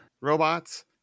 Robots